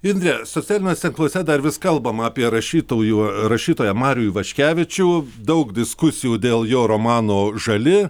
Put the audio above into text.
indrė socialiniuose tinkluose dar vis kalbama apie rašytojų rašytoją marių ivaškevičių daug diskusijų dėl jo romano žali